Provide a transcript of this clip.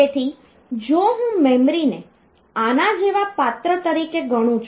તેથી જો હું મેમરીને આના જેવા પાત્ર તરીકે ગણું છું